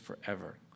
forever